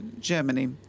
Germany